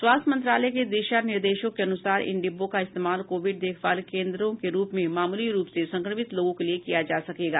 स्वास्थ्य मंत्रालय के दिशा निर्देशों के अनूसार इन डिब्बों का इस्तेमाल कोविड देखभाल केंद्रों के रूप में मामूली रूप से संक्रमित लोगों के लिए किया जा सकेगा